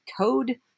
code